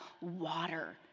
water